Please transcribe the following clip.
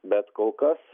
bet kol kas